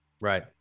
Right